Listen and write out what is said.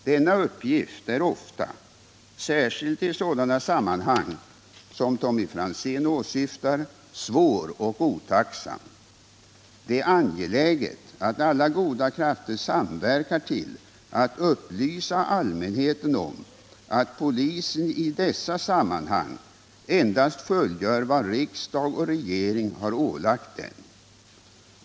Denna uppgift är ofta, särskilt i sådana sammanhang som Tommy Franzén åsyftar, svår och otacksam. Det är angeläget att alla goda krafter samverkar till att upplysa allmänheten om att polisen i dessa sammanhang endast fullgör vad riksdag och regering har ålagt den.